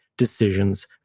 decisions